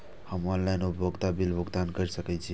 हम ऑनलाइन उपभोगता बिल भुगतान कर सकैछी?